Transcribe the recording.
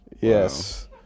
Yes